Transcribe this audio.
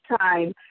time